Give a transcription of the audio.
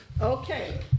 Okay